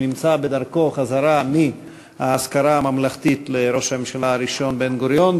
שנמצא בדרכו חזרה מהאזכרה הממלכתית לראש הממשלה הראשון בן-גוריון,